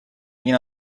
been